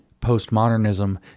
postmodernism